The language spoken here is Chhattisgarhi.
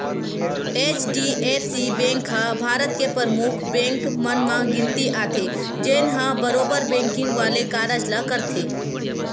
एच.डी.एफ.सी बेंक ह भारत के परमुख बेंक मन म गिनती आथे, जेनहा बरोबर बेंकिग वाले कारज ल करथे